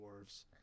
dwarves